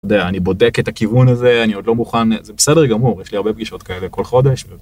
אני בודק את הכיוון הזה אני עוד לא מוכן זה בסדר גמור יש לי הרבה פגישות כאלה כל חודש.